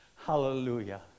Hallelujah